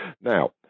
Now